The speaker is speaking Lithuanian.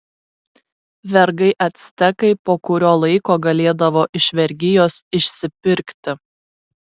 vergai actekai po kurio laiko galėdavo iš vergijos išsipirkti